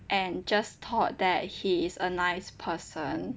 and just thought that he is a nice person